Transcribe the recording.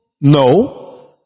No